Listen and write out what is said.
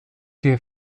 der